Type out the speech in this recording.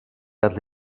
that